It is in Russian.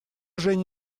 женя